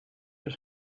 keep